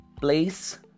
place